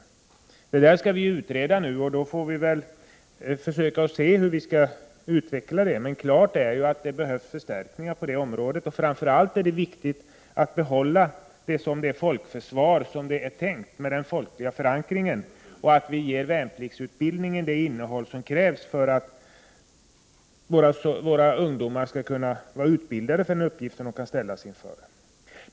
Nu skall vi utreda det militära försvaret, och då får vi försöka se hur vi skall utveckla det. Men klart är att det behövs förstärkningar på det området. Framför allt är det viktigt att behålla ett folkförsvar, som det är tänkt, ett försvar med folklig förankring, och att vi ger värnpliktsutbildningen det innehåll som krävs för att våra ungdomar skall vara utbildade för de uppgifter de kan ställas inför.